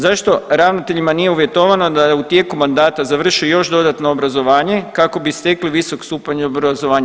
Zašto ravnateljima nije uvjetovano da u tijeku mandata završe još dodatno obrazovanje kako bi stekli visok stupanj obrazovanja.